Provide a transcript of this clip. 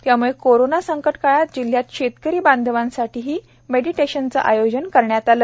त्याम्ळे कोरोना संकटकाळात जिल्ह्यातील शेतकरी बांधवांसाठीही मेडिटेशन कार्यक्रम आयोजित करण्यात आला